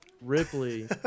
Ripley